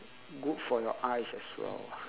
good for your eyes as well